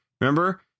remember